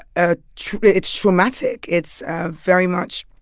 ah it's traumatic. it's ah very much